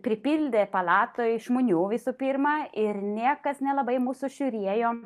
pripildė palatoje žmonių visų pirma ir niekas nelabai mūsų žiūrėjo